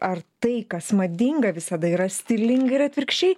ar tai kas madinga visada yra stilinga ir atvirkščiai